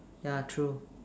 yeah true